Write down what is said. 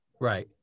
Right